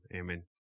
Amen